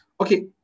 Okay